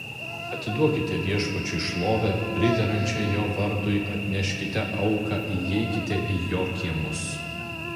atiduokite viešpačiui šlovę priderančią jo vardui atneškite auką įeikite į jo kiemus